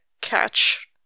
catch